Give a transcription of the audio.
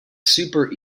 super